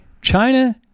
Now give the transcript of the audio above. China